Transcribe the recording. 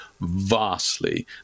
vastly